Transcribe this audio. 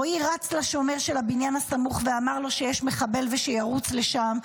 רועי רץ לשומר של הבניין הסמוך ואמר לו שיש מחבל ושירוץ לשם.